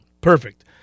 Perfect